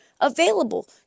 Available